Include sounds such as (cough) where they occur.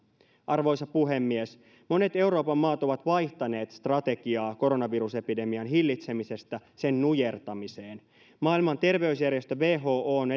arvoisa puhemies monet euroopan maat ovat vaihtaneet strategiaa koronavirusepidemian hillitsemisestä sen nujertamiseen maailman terveysjärjestö who on (unintelligible)